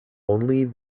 only